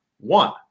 one